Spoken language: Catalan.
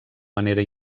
manera